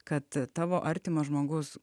kad tavo artimas žmogus